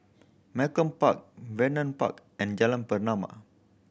Malcolm Park Vernon Park and Jalan Pernama